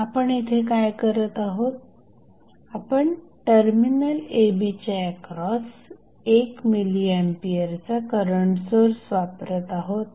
आपण इथे काय करत आहोत आपण टर्मिनल a b च्या एक्रॉस 1 मिली एंपियरचा करंट सोर्स वापरत आहोत